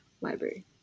library